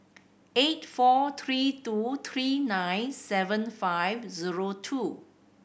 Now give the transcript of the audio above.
eight four three two three nine seven five zero two